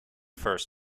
first